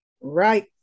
Right